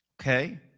Okay